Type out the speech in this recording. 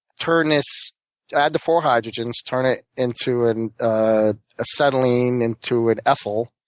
turn this add the four hydrogens, turn it into an acetylene, into an ethyl,